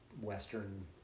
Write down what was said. western